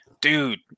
dude